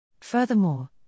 Furthermore